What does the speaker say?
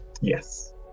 Yes